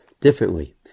differently